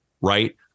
right